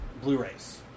Blu-rays